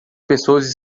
pessoas